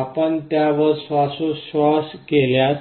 आपण त्यावर श्वासोच्छ्वास केल्यास